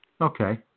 Okay